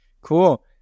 Cool